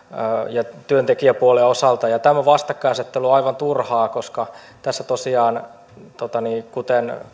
ja työntekijäpuolen osalta ja tämä vastakkainasettelu on aivan turhaa koska tässä tosiaan kuten